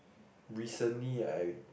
recently I